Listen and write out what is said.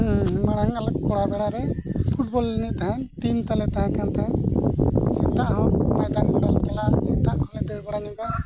ᱦᱮᱸ ᱢᱟᱲᱟᱝ ᱟᱞᱮ ᱠᱚᱲᱟ ᱵᱮᱲᱟ ᱨᱮ ᱯᱷᱩᱴᱵᱚᱞ ᱮᱱᱮᱡ ᱛᱟᱦᱮᱱ ᱴᱤᱢ ᱛᱟᱞᱮ ᱛᱟᱦᱮᱸ ᱠᱟᱱ ᱛᱟᱦᱮᱸ ᱠᱟᱱᱟ ᱥᱮᱛᱟᱜ ᱦᱚᱸ ᱢᱚᱭᱫᱟᱱ ᱠᱚᱞᱮ ᱪᱟᱞᱟᱜᱼᱟ ᱥᱮᱛᱟᱜ ᱠᱷᱚᱱ ᱞᱮ ᱫᱟᱹᱲ ᱵᱟᱲᱟ ᱧᱚᱜᱟ